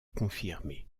confirmée